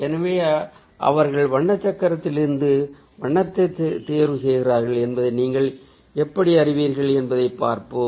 எனவே அவர்கள் வண்ண சக்கரத்திலிருந்து வண்ணத்தை தேர்வு செய்கிறார்கள் என்பதை நீங்கள் எப்படி அறிவீர்கள் என்பதைப் பார்ப்போம்